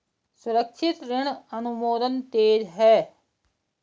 सुरक्षित ऋण अनुमोदन तेज है